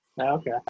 Okay